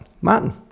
Martin